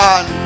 One